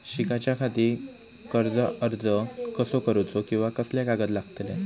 शिकाच्याखाती कर्ज अर्ज कसो करुचो कीवा कसले कागद लागतले?